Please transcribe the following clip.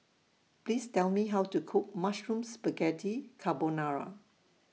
Please Tell Me How to Cook Mushroom Spaghetti Carbonara